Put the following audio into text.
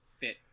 fit